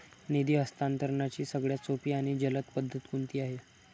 निधी हस्तांतरणाची सगळ्यात सोपी आणि जलद पद्धत कोणती आहे?